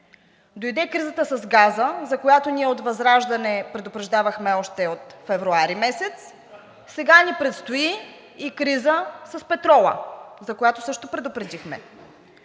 дойде кризата с газа, за която ние от ВЪЗРАЖДАНЕ предупреждавахме още от февруари месец, сега ни предстои и криза с петрола, за която също предупредихме.